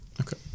Okay